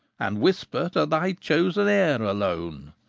and whisper to thy chosen heir alone,